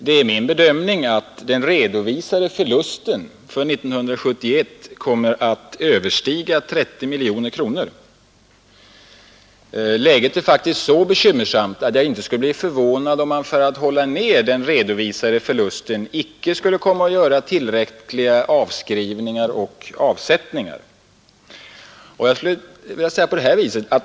Det är min bedömning att den redovisade förlusten för 1971 kommer att överstiga 30 miljoner kronor. Läget är faktiskt så bekymmersamt att jag inte skulle bli förvånad om man för att hålla nere den redovisade förlusten icke skulle komma att göra tillräckliga avskrivningar och avsättningar.